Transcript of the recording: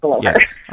Yes